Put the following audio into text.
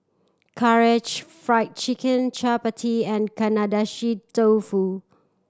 Karaage Fried Chicken Chapati and Agedashi Dofu